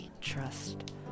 trust